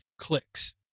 clicks